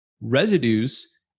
residues